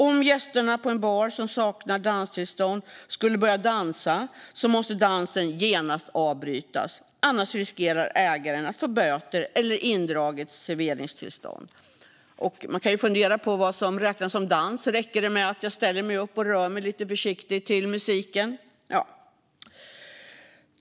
Om gästerna på en bar som saknar danstillstånd skulle börja dansa måste dansen genast avbrytas - annars riskerar ägaren att få böter eller indraget serveringstillstånd. Man kan fundera på vad som räknas som dans. Räcker det med att jag ställer mig upp och rör mig lite försiktigt till musiken?